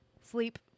sleep